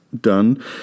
done